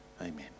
amen